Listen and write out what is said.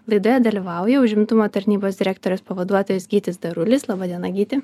laidoje dalyvauja užimtumo tarnybos direktorės pavaduotojas gytis darulis laba diena gyti